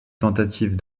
tentative